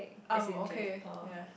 I'm okay yea